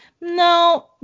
no